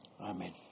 Amen